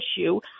issue